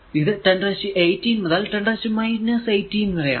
ഇത് 1018 മുതൽ 10 18 വരെ ആണ്